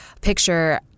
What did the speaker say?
picture